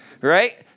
right